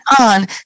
on